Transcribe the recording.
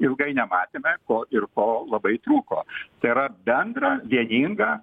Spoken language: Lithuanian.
ilgai nematėme ko ir ko labai trūko tai yra bendrą vieningą